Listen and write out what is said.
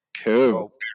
cool